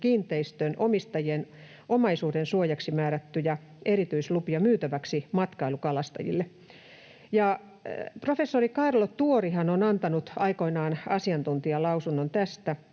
kiinteistönomistajien omaisuudensuojaksi määrättyjä erityislupia myytäväksi matkailukalastajille. Professori Kaarlo Tuorihan on antanut aikoinaan asiantuntijalausunnon tästä,